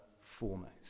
foremost